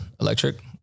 electric